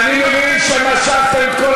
ולכן, אני מבין שמשכתם את כל